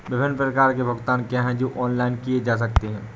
विभिन्न प्रकार के भुगतान क्या हैं जो ऑनलाइन किए जा सकते हैं?